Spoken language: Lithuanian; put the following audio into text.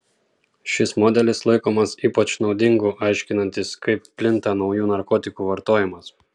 šis modelis laikomas ypač naudingu aiškinantis kaip plinta naujų narkotikų vartojimas